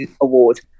award